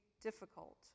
difficult